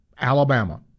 Alabama